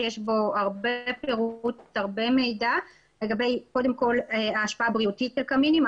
שיש בו הרבה פירוט והרבה מידע לגבי ההשפעה הבריאותית של קמינים,